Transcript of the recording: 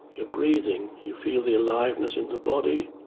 you're breathing, you feel the aliveness in the body,